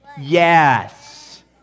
Yes